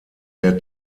der